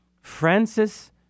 Francis